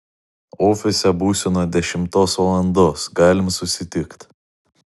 ofise būsiu nuo dešimtos valandos galim susitikt